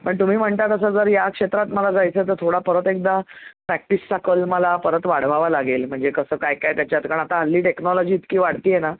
पण तुम्ही म्हणता तसं जर या क्षेत्रात मला जायचं तर थोडा परत एकदा प्रॅक्टिसचा कल मला परत वाढवावा लागेल म्हणजे कसं काय काय त्याच्यात कारण आता हल्ली टेक्नॉलॉजी इतकी वाढते आहे ना